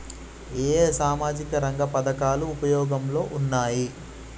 ఏ ఏ సామాజిక రంగ పథకాలు ఉపయోగంలో ఉన్నాయి?